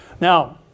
Now